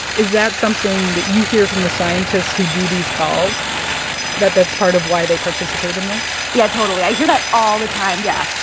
is that something that you hear from the scientists who do these calls that that's part of why they participate in this? yeah, totally. i hear that all the time, yeah.